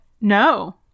no